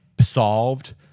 solved